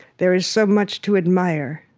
there is so much to admire,